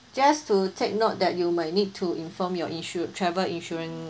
just to take note that you might need to inform your insur~ travel insurance